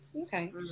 Okay